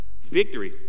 victory